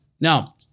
Now